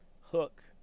Hook